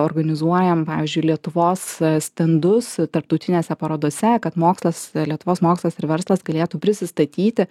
organizuojam pavyzdžiui lietuvos stendus tarptautinėse parodose kad mokslas lietuvos mokslas ir verslas galėtų prisistatyti